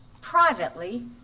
privately